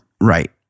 Right